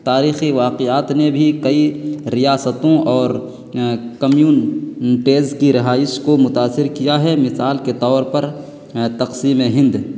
تاریخی واقعات نے بھی کئی ریاستوں اور کمیونٹیز کی رہائش کو متأثر کیا ہے مثال کے طور پر تقسیم ہند